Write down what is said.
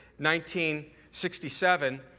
1967